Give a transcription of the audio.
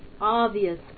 obvious